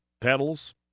pedals